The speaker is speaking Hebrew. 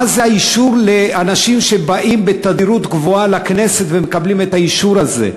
מה זה האישור לאנשים שבאים בתדירות גבוהה לכנסת ומקבלים את האישור הזה?